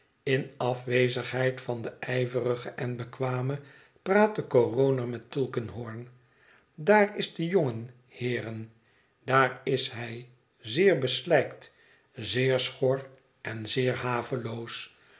in afwezigheid van den ijverigen en bekwamen praat decoroner met tulkinghorn daar is de jongen heeren daar is hij zeer beslijkt zeer schor en zeer